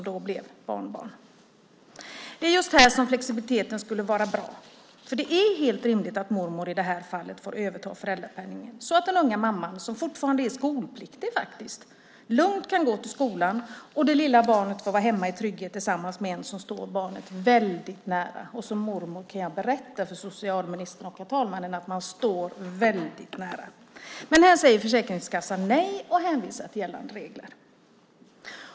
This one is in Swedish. Det är just här som flexibiliteten skulle vara bra, för det är i det här fallet helt rimligt att mormor får överta föräldrapenningen så att den unga mamman, som faktiskt fortfarande är skolpliktig, lugnt kan gå till skolan, och det lilla barnet får vara hemma i trygghet tillsammans med någon som står barnet väldigt nära. Och som mormor kan jag berätta för socialministern och för talmannen att man står väldigt nära! Men här säger Försäkringskassan nej och hänvisar till gällande regler.